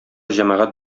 җәмәгать